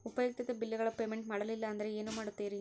ಉಪಯುಕ್ತತೆ ಬಿಲ್ಲುಗಳ ಪೇಮೆಂಟ್ ಮಾಡಲಿಲ್ಲ ಅಂದರೆ ಏನು ಮಾಡುತ್ತೇರಿ?